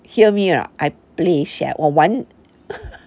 hear me or not I play share 我玩